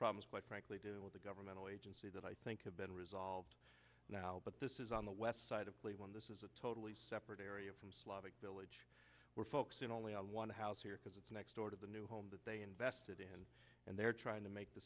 problems quite frankly to do with the governmental agency that i think have been resolved now but this is on the west side of the one this is a totally separate area from slavic village we're focusing only on one house here because it's next door to the new home that they invested in and they're trying to make the